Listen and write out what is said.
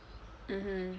mmhmm